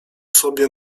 sobie